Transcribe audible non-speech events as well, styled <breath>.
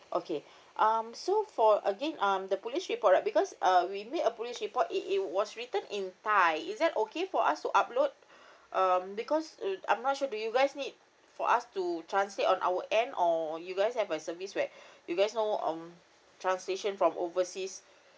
okay um so for again um the police report right because uh we made a police report it is was written in thai is that okay for us to upload <breath> um because uh I'm not sure do you guys need for us to translate on our end or you guys have a service where <breath> you guys know um translation from overseas